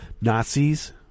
Nazis